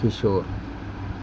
Kishore